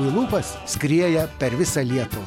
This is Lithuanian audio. į lūpas skrieja per visą lietuvą